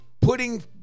Putting